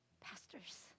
pastors